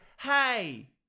Hey